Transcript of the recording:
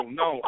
no